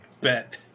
Bet